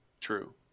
True